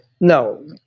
no